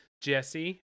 Jesse